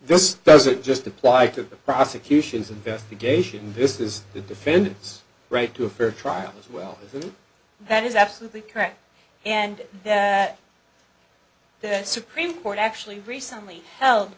this doesn't just apply to the prosecution's investigation this is the defendant's right to a fair trial as well that is absolutely correct and that the supreme court actually recently held